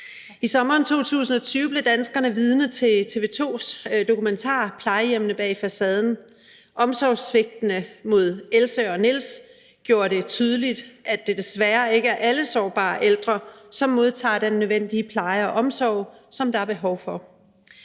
I sommeren 2020 blev danskerne vidne til TV 2's dokumentar »Plejehjemmene bag facaden«. Omsorgssvigtene mod Else og Niels gjorde det tydeligt, at det desværre ikke er alle sårbare ældre, som modtager den nødvendige pleje og omsorg, som de har behov for.